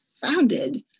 founded